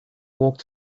walked